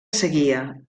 seguia